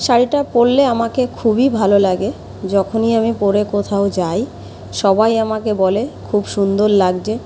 শাড়িটা পরলে আমাকে খুবই ভালো লাগে যখনই আমি পরে কোথাও যাই সবাই আমাকে বলে খুব সুন্দর লাগছে